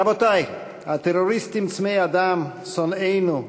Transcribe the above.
רבותי, הטרוריסטים צמאי הדם, שונאינו,